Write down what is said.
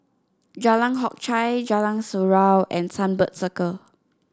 Jalan Hock Chye Jalan Surau and Sunbird Circle